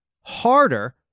harder